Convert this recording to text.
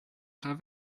have